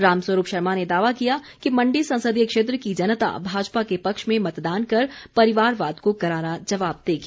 रामस्वरूप शर्मा ने दावा किया कि मण्डी संसदीय क्षेत्र की जनता भाजपा के पक्ष में मतदान कर परिवारवाद को करारा जवाब देगी